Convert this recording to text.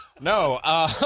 No